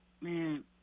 man